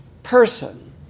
person